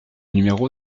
numéro